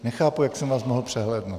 Nechápu, jak jsem vás mohl přehlédnout.